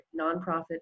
nonprofit